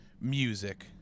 music